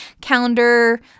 calendar